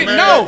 no